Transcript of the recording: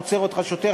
עוצר אותך שוטר,